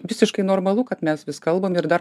visiškai normalu kad mes vis kalbam ir dar